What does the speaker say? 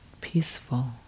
peaceful